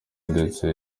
ndetse